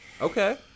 okay